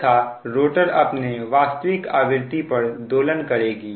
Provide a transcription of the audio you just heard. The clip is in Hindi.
तथा रोटर अपने वास्तविक आवृत्ति पर दोलन करेगी